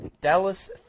Dallas